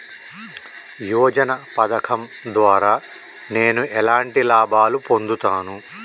యోజన పథకం ద్వారా నేను ఎలాంటి లాభాలు పొందుతాను?